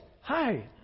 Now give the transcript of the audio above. hi